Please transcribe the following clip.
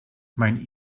mein